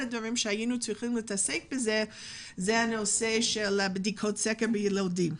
אנחנו היינו צריכים להתעסק בנושא בדיקות סקר ביילודים,